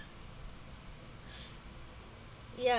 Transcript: ya